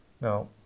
now